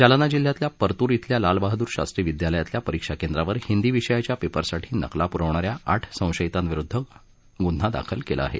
जालना जिल्ह्यातल्या परतूर इथल्या लालबहादूर शास्त्री विद्यालयातल्या परीक्षा केंद्रावर हिंदी विषयाच्या पेपरसाठी नकला पुरवणाऱ्या आठ संशयितांविरोधात गुन्हा दाखल केला आहे